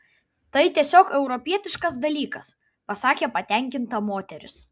tai tiesiog europietiškas dalykas pasakė patenkinta moteris